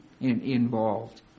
involved